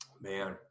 Man